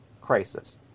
crisis